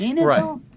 Right